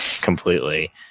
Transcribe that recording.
completely